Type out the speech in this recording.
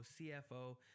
CFO